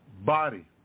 body